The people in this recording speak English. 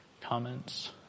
comments